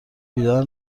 بیدار